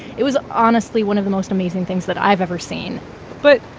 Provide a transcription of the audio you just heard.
it was honestly one of the most amazing things that i've ever seen but,